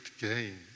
gain